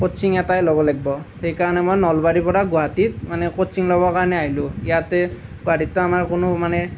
coaching এটাই ল'ব লাগিব সেইকাৰণে মই নলবাৰীৰ পৰা গুৱাহাটীত মানে কোচিং ল'বৰ কাৰণে আহিলোঁ ইয়াতে গুৱাহাটীততো আমাৰ কোনো মানে